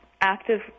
active